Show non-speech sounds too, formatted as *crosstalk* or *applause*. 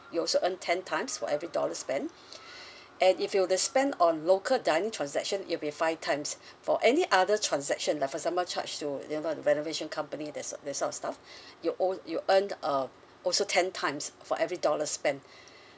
you also earn ten times for every dollar spent *breath* and if you were to spend on local dining transaction it'll be five times for any other transaction like for example charge to you know renovation company that's that sort of stuff *breath* you own you earn uh also ten times for every dollar spent